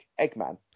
Eggman